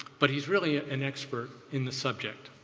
but he's really an expert in the subject,